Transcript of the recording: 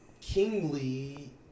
kingly